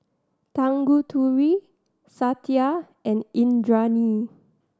Tanguturi Satya and Indranee